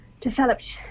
developed